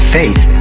faith